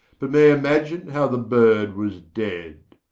but may imagine how the bird was dead,